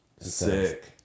Sick